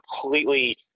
completely